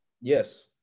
Yes